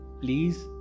Please